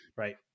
Right